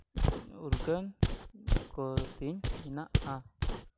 ᱩᱨᱜᱟᱹᱱ ᱠᱚᱛᱤᱧ ᱢᱮᱱᱟᱜᱼᱟ